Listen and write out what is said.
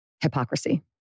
Hypocrisy